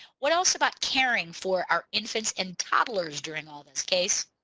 what else about caring for our infants and toddlers during all this casey?